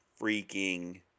freaking